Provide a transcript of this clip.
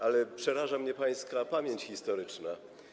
Ale przeraża mnie pańska pamięć historyczna.